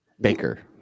Baker